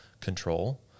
control